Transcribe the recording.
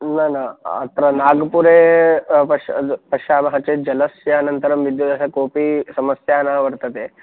न न अत्र नागपुरे पश् पश्यामः चेत् जलस्य अनन्तरं विद्युदः कोपि समस्या न वर्तते